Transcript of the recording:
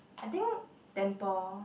I think temper